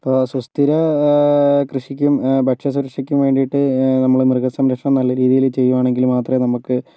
ഇപ്പോൾ സുസ്ഥിര കൃഷിക്കും ഭക്ഷ്യ സുരക്ഷക്കും വേണ്ടിയിട്ട് നമ്മൾ മൃഗ സംരക്ഷണം നല്ല രീതിയിൽ ചെയ്യുകയാണെങ്കിൽ മാത്രമേ നമുക്ക്